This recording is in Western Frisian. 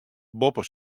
boppe